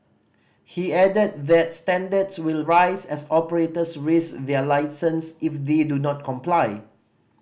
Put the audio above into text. he added that standards will rise as operators risk their licence if they do not comply